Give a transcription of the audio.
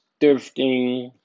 thrifting